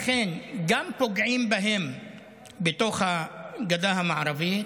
לכן גם פוגעים בהם בתוך הגדה המערבית,